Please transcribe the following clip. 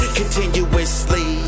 continuously